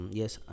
yes